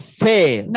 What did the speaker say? fail